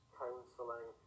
counselling